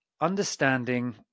understanding